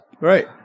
Right